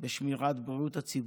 בשמירת בריאות הציבור.